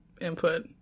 input